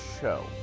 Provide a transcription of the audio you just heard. show